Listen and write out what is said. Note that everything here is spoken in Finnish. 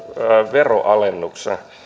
veronalennus